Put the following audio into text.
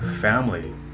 family